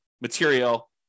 material